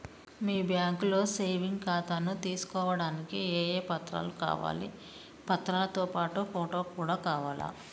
మీ బ్యాంకులో సేవింగ్ ఖాతాను తీసుకోవడానికి ఏ ఏ పత్రాలు కావాలి పత్రాలతో పాటు ఫోటో కూడా కావాలా?